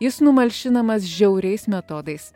jis numalšinamas žiauriais metodais